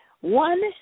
One